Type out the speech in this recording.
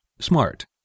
smart